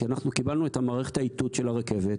כי קיבלנו את מערכת האיתות של הרכבת,